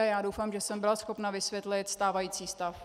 Já doufám, že jsem byla schopna vysvětlit stávající stav.